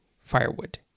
firewood